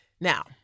Now